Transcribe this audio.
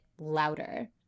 louder